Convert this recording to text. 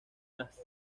las